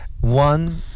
One